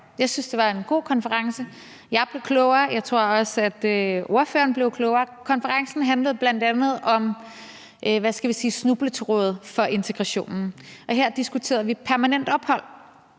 Jeg synes, det var en god konference. Jeg blev klogere, og jeg tror også, at ordføreren blev klogere. Konferencen handlede bl.a. om – hvad skal vi sige – snubletråde for integrationen, og her diskuterede vi permanent ophold.